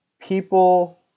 people